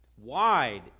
Wide